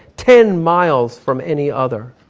ten miles from any other.